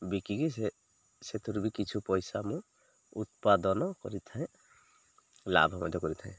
ବିକି କି ସେ ସେଥିରୁ ବି କିଛି ପଇସା ମୁଁ ଉତ୍ପାଦନ କରିଥାଏ ଲାଭ ମଧ୍ୟ କରିଥାଏ